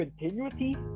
continuity